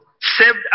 Saved